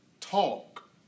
talk